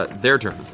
but their turn.